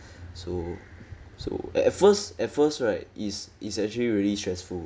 so so at first at first right it's it's actually really stressful